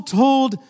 told